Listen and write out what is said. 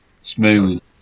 Smooth